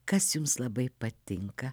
kas jums labai patinka